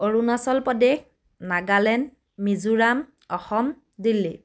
Arunachal Pradesh Nagaland Mizoram Assam Delhi